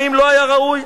האם לא היה ראוי?